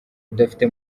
udafite